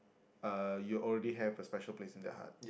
uh you already have a special place in their heart